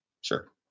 Sure